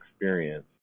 experience